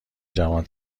جوان